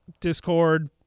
Discord